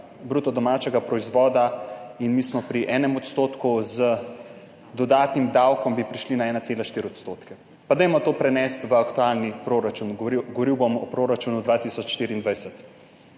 bruto domačega proizvoda in mi smo pri enem odstotku. Z dodatnim davkom bi prišli na 1,4 odstotke, pa dajmo to prenesti v aktualni proračun, govoril bom o proračunu 2024